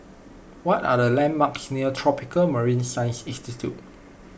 what are the landmarks near Tropical Marine Science Institute